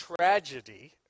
tragedy